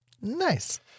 Nice